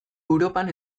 europan